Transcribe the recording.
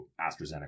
AstraZeneca